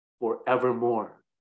Forevermore